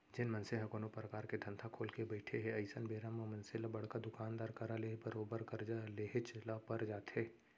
जेन मनसे ह कोनो परकार के धंधा खोलके बइठे हे अइसन बेरा म मनसे ल बड़का दुकानदार करा ले बरोबर करजा लेहेच ल पर जाथे